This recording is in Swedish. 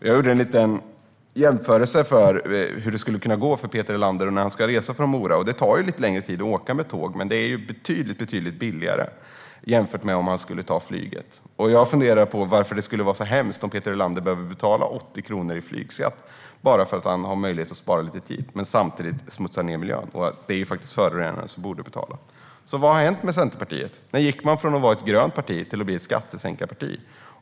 Jag gjorde en liten beräkning av hur det skulle kunna gå för Peter Helander när han ska resa från Mora. Det tar lite längre tid att åka med tåg, men det är betydligt billigare jämfört med att ta flyget. Jag funderar på varför det skulle vara så hemskt om Peter Helander skulle behöva betala 80 kronor i flygskatt för att han har möjlighet att spara lite tid men samtidigt smutsar ned miljön. Det är ju faktiskt förorenaren som borde betala. Vad har hänt med Centerpartiet? När gick man från att vara ett grönt parti till att bli ett skattesänkarparti?